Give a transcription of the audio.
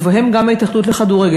ובהם גם ההתאחדות לכדורגל,